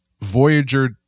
Voyager